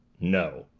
no,